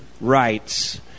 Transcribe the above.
rights